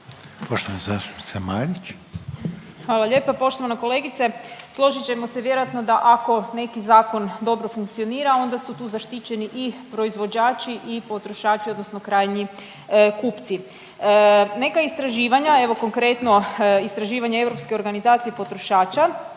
**Marić, Andreja (SDP)** Hvala lijepa poštovana kolegice. Složit ćemo se vjerojatno da ako neki zakon dobro funkcionira, onda su tu zaštićeni i proizvođači i potrošači odnosno krajnji kupci. Neka istraživanja, evo konkretno istraživanja Europske organizacije potrošača